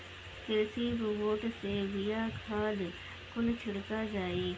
कृषि रोबोट से बिया, खाद कुल छिड़का जाई